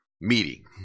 meeting